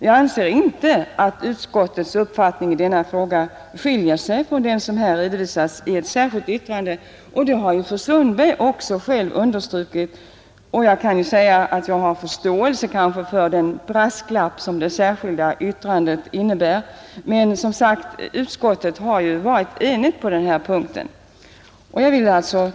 Jag anser inte att utskottets uppfattning i denna fråga skiljer sig från den som har redovisats i ett särskilt yttrande, och det har fru Sundberg också själv understrukit. Jag har förståelse för den brasklapp som det särskilda yttrandet innebär, men utskottet har ju varit enigt på denna punkt. Herr talman!